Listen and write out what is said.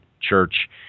church